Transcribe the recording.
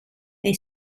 they